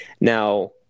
Now